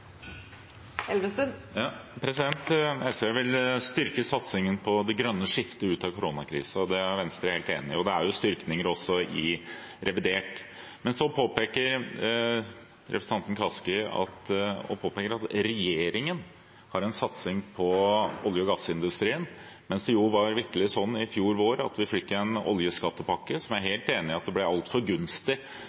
Venstre helt enig i. Det er jo styrkinger også i revidert. Så påpeker representanten Kaski at regjeringen har en satsing på olje- og gassindustrien, mens det vitterlig var sånn i fjor vår at vi fikk en oljeskattepakke, som jeg er helt enig i ble altfor gunstig